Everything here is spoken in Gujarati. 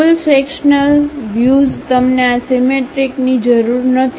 ફુલ સેક્શન્લ વ્યુઝ તમને આ સીમેટ્રિકની જરૂર નથી